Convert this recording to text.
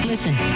Listen